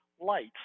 lights